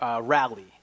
rally